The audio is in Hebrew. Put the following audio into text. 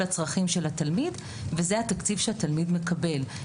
הצרכים של התלמיד וזה התקציב שהתלמיד מקבל.